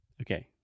Okay